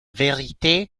vérité